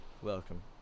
Welcome